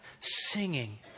singing